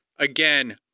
Again